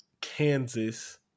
Kansas